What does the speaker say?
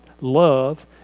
love